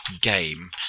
game